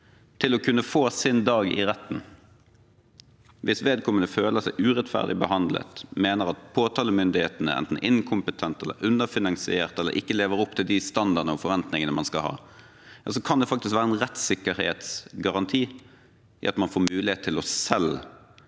til å kunne få sin dag i retten hvis vedkommende føler seg urettferdig behandlet, mener at påtalemyndigheten er enten inkompetent eller underfinansiert eller ikke lever opp til de standardene og forventningene man skal ha, kan det faktisk være en rettssikkerhetsgaranti i at man får mulighet til selv